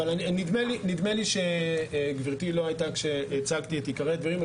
אבל נדמה לי שגברתי לא היתה כשהצגתי את עיקרי הדברים,